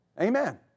Amen